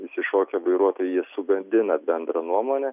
išsišokę vairuotojai jie sugadina bendrą nuomonę